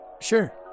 Sure